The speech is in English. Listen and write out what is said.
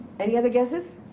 any other guesses?